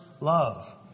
love